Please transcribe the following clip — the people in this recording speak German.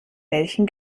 welchen